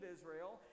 Israel